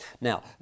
Now